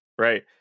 right